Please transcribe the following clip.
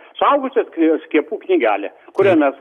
suaugusiojo skiepų knygelę kurią mes